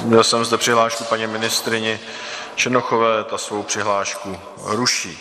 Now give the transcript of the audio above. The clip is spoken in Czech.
Měl jsem zde přihlášku paní ministryně Černochové, ta svou přihlášku ruší.